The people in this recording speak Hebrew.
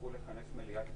להעלות להצבעה.